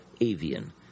avian